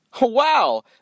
Wow